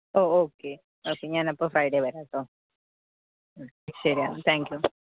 ഓ okay okay ഞാൻ അപ്പം Friday വരാം കേട്ടോ മ്മ് ശരി എന്നാൽ താങ്ക് യൂ